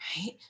right